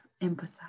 empathize